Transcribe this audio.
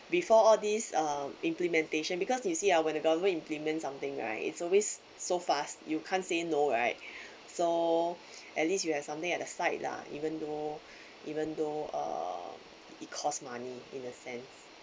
before all these uh implementation because you see ah when the government implement something right it's always so fast you can't say no right so at least you have something at the side lah even though even though uh it cost money in a sense